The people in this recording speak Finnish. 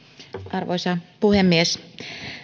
arvoisa puhemies